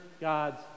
God's